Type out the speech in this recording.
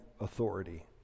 authority